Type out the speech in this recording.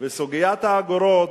וסוגיית האגורות,